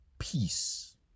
Peace